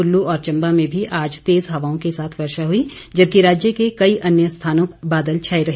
कुल्लू और चंबा में भी आज तेज हवाओं के साथ वर्षा हुई जबकि राज्य के कई अन्य स्थानों पर हल्के बादल छाए रहे